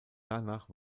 danach